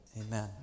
Amen